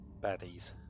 baddies